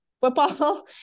football